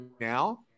now